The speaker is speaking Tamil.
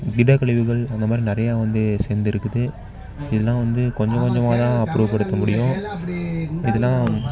திட கழிவுகள் அந்தமாதிரி நிறையா வந்து சேந்திருக்குது இதெல்லாம் வந்து கொஞ்சம் கொஞ்சமாகதான் அப்புறப்படுத்த முடியும் இதெல்லாம்